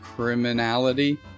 Criminality